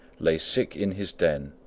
lay sick in his den,